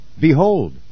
Behold